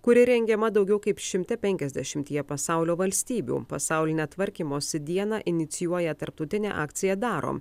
kuri rengiama daugiau kaip šimte penkiasdešimtyje pasaulio valstybių pasaulinę tvarkymosi dieną inicijuoja tarptautinė akcija darom